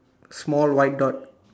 small white dot